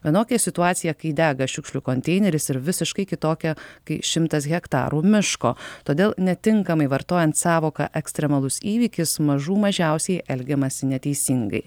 vienokia situacija kai dega šiukšlių konteineris ir visiškai kitokia kai šimtas hektarų miško todėl netinkamai vartojant sąvoką ekstremalus įvykis mažų mažiausiai elgiamasi neteisingai